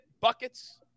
buckets